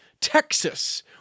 Texas